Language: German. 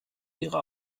ihre